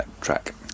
track